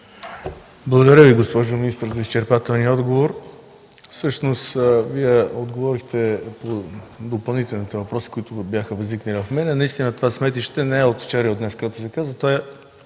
Благодаря Ви, госпожо министър, за изчерпателния отговор. Всъщност Вие отговорихте и на допълнителните въпроси, които бяха възникнали у мен. Наистина това сметище не е от вчера и от днес, както Ви казах,